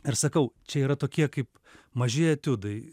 ir sakau čia yra tokie kaip maži etiudai